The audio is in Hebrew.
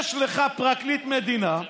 יש לך פרקליט מדינה,